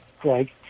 Craig